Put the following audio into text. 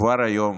כבר היום